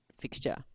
fixture